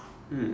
hmm